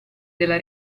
della